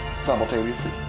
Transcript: Simultaneously